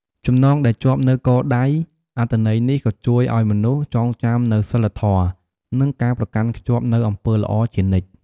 ចំណងដែលជាប់នៅកដៃ អត្ថន័យនេះក៏ជួយឲ្យមនុស្សចងចាំនូវសីលធម៌ និងការប្រកាន់ខ្ជាប់នូវអំពើល្អជានិច្ច។